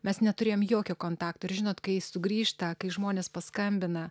mes neturėjom jokio kontakto ir žinot kai sugrįžta kai žmonės paskambina